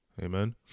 Amen